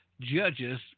judges